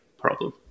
problem